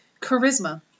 Charisma